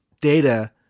data